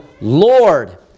Lord